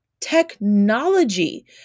technology